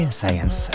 science